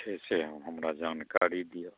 से हमरा जानकारी दिअ